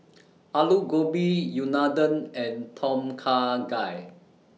Alu Gobi Unadon and Tom Kha Gai